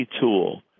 tool